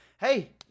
hey